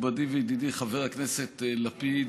מכובדי וידידי חבר הכנסת לפיד,